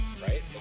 right